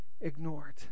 ignored